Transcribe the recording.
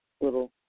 little